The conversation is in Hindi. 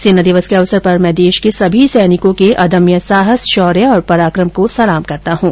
सेना दिवस के अवसर पर मैं देश के सभी सैनिकों के अदम्य साहस शौर्य और पराक्रम को सलाम करता हूं